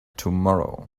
tomorrow